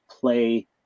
play